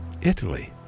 Italy